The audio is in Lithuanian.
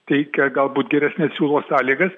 teikia galbūt geresnes siūlo sąlygas